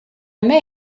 may